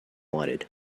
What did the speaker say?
wanted